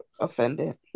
offended